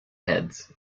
heads